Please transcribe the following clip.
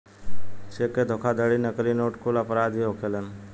check के धोखाधड़ी, नकली नोट कुल अपराध ही होखेलेन